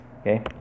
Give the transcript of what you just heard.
okay